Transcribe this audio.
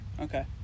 Okay